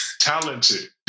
talented